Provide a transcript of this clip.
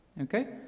Okay